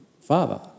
father